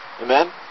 Amen